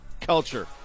culture